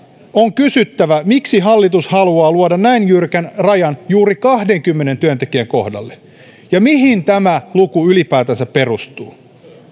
on kysyttävä miksi hallitus haluaa luoda näin jyrkän rajan juuri kahdenkymmenen työntekijän kohdalle ja mihin tämä kahdenkymmenen työntekijän luku ylipäänsä perustuu